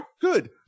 Good